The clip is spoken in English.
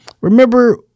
remember